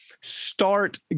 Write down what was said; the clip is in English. start